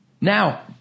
Now